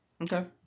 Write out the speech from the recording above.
Okay